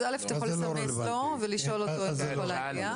אז א' אתה יכול לשאול אותו אם הוא יכול להגיע.